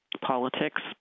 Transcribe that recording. politics